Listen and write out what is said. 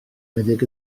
meddyg